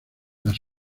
las